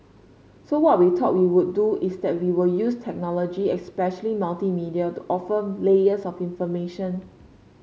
so what we thought we would do is that we will use technology especially multimedia to offer layers of information